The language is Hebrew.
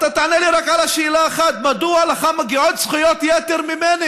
אתה תענה לי רק על שאלה אחת: מדוע לך מגיעות זכויות יותר ממני?